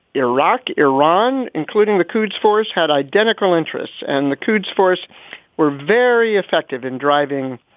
iraq, iran, including the quds force, had identical interests. and the quds force were very effective in driving.